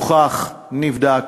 הוכח, נבדק,